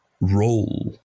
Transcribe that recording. role